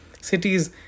cities